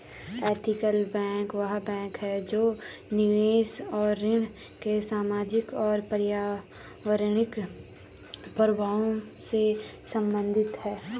ethical bank वह bank है जो निवेश और ऋण के सामाजिक और पर्यावरणीय प्रभावों से संबंधित है